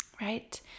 Right